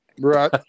Right